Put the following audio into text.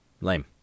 Lame